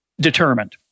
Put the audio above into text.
determined